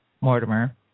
Mortimer